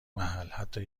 محل، حتی